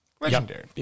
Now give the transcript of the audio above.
legendary